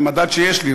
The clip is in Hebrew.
זה מדד שיש לי,